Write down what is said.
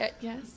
Yes